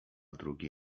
drugi